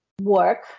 work